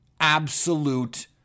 Absolute